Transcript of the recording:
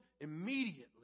immediately